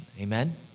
Amen